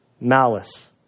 malice